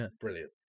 Brilliant